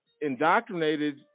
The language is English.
indoctrinated